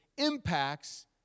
impacts